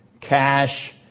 cash